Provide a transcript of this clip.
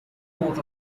coat